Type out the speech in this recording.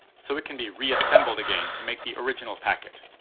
so it can be reassembled again to make the original packet.